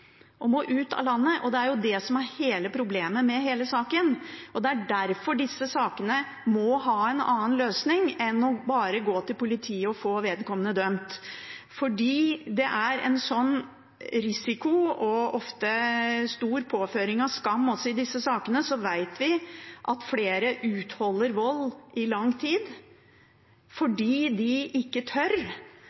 og må ut av landet. Det er det som er hele problemet med saken. Det er derfor disse sakene må ha en annen løsning enn at man bare går til politiet og får vedkommende dømt. Fordi det er en sånn risiko, og ofte også påføring av stor skam, i disse sakene, vet vi at flere utholder vold i lang tid. De tør ikke å anmelde, fordi de